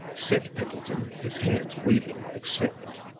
said pendleton, his hands waving with excitement.